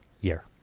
year